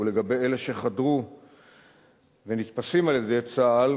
ולגבי אלה שחדרו ונתפסים על-ידי צה"ל,